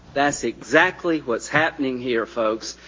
that's exactly what's happening here folks.